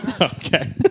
Okay